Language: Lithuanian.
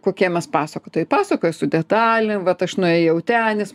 kokie mes pasakotojai pasakoja su detalėm vat aš nuėjau ten jis